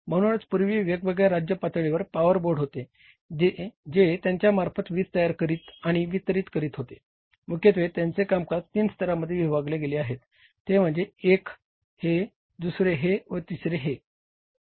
म्हणून पूर्वी वेगवेगळ्या राज्य पातळीवर पॉवर बोर्ड होते जे त्यांच्यामार्फत वीज तयार करीत आणि वितरित करीत होते मुख्यत्वे त्यांचे कामकाज तीन स्तरांमध्ये विभागले गेले आहे ते म्हणजे एक हे दुसरे हे व तिसरे हे आहे